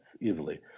easily